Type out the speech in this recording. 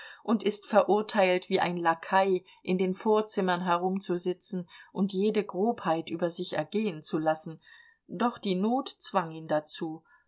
und ist verurteilt wie ein lakai in den vorzimmern herumzusitzen und jede grobheit über sich ergehen zu lassen doch die not zwang ihn dazu